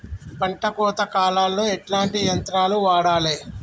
పంట కోత కాలాల్లో ఎట్లాంటి యంత్రాలు వాడాలే?